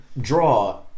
draw